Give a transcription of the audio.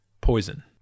poison